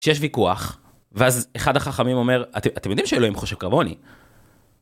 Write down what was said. שיש ויכוח ואז אחד החכמים אומר אתם יודעים שאלוהים חושב כמוני.